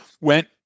went